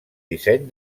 disseny